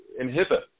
inhibit